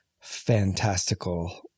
fantastical